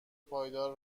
پایدار